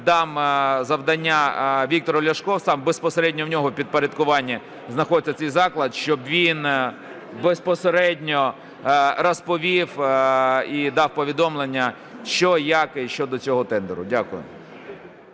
дам завдання Віктору Ляшку, безпосередньо у нього в підпорядкуванні знаходиться цей заклад, щоб він безпосередньо розповів і дав повідомлення, що і як щодо цього тендеру. Дякую.